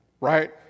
Right